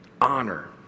Honor